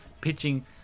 pitching